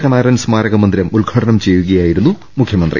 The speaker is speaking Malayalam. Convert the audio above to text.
കണാരൻ സ്മാരക മന്ദിരം ഉദ്ഘാടനം ചെയ്യുകയായി രുന്നു മുഖ്യമന്ത്രി